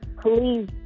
please